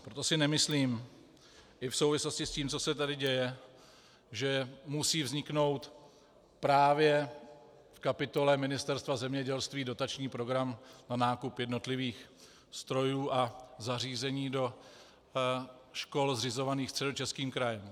Proto si nemyslím i v souvislosti s tím, co se tady děje, že musí vzniknout právě v kapitole Ministerstva zemědělství dotační program na nákup jednotlivých strojů a zařízení do škol zřizovaných Středočeským krajem.